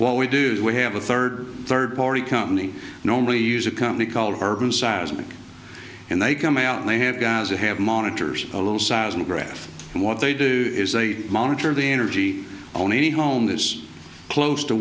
well we do have a third third party company normally use a company called carbon seismic and they come out and they have guys who have monitors a little seismograph and what they do is they monitor the energy only home this close to